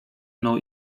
mną